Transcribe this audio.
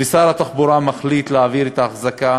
ושר התחבורה מחליט להעביר את ההחזקה